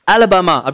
Alabama